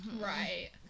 Right